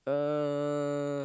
uh